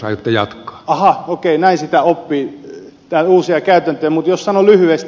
aha okei näin sitä oppii uusia käytäntöjä mutta jos sanon lyhyesti